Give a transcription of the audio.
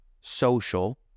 social